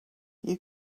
you